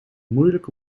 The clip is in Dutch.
moeilijk